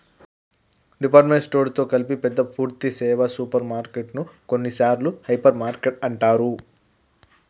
department store తో కలిపి పెద్ద పూర్థి సేవ సూపర్ మార్కెటు ను కొన్నిసార్లు హైపర్ మార్కెట్ అంటారు